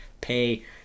pay